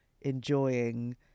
enjoying